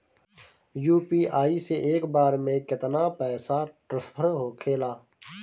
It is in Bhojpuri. यू.पी.आई से एक बार मे केतना पैसा ट्रस्फर होखे ला?